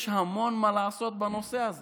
יש המון מה לעשות בנושא הזה